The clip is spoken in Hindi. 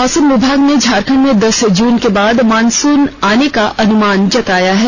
मौसम विभाग ने झारखंड मे दस जून के बाद मॉनसून आने का अनुमान जताया है